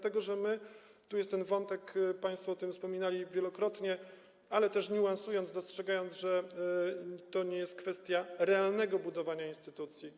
To jest ten wątek, państwo o tym wspominali wielokrotnie, ale też niuansując, dostrzegając, że to nie jest kwestia realnego budowania instytucji.